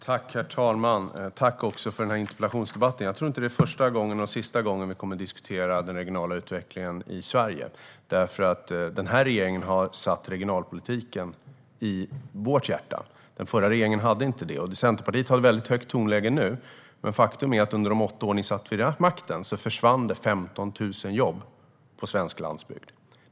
Herr talman! Jag vill tacka för den här interpellationsdebatten. Jag tror inte att det är första eller sista gången vi diskuterar den regionala utvecklingen i Sverige. Regionalpolitiken finns nämligen i den här regeringens hjärta. Det gjorde den inte hos den förra regeringen. Centerpartiet har högt tonläge nu, Helena Lindahl. Men faktum är att under de åtta år ni satt vid makten försvann 15 000 jobb på svensk landsbygd.